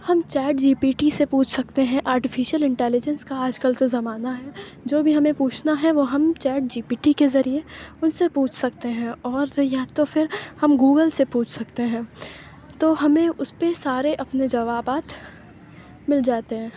ہم chat G P T سے پوچھ سکتے ہیں آرٹیفیشل انٹیلیجنس کا آج کل تو زمانہ ہے جو بھی ہمیں پوچھنا ہے وہ ہم چیٹ جی پی ٹی کے ذریعے اُن سے پوچھ سکتے ہیں اور یا تو پھر ہم گوگل سے پوچھ سکتے ہیں تو ہمیں اُس پہ سارے اپنے جوابات مل جاتے ہیں